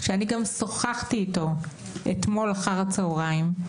וגם שוחחתי איתו אתמול אחר הצהריים,